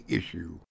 issue